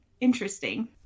interesting